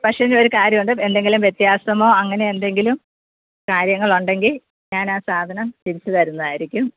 പക്ഷേ എങ്കിലൊരു കാര്യമുണ്ട് എന്തെങ്കിലും വ്യത്യാസമോ അങ്ങനെ എന്തെങ്കിലും കാര്യങ്ങളുണ്ടെങ്കിൽ ഞാനാ സാധനം തിരിച്ച് തരുന്നതായിരിക്കും